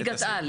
ליגת על.